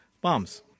bombs